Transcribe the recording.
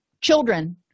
Children